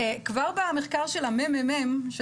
כבר במחקר של מחלקת המחקר והמידע של